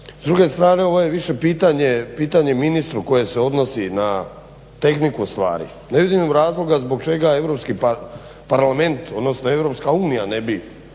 S druge strane ovo je više pitanje ministru koje se odnosi na tehniku stvari. Ne vidim razloga zbog čega EU parlament odnosno EU platila sukladno